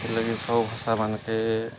ସେଥିଲାଗି ସବୁ ଭାଷାମାନକେ